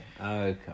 okay